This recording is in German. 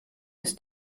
ist